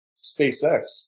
SpaceX